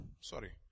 Sorry